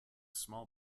small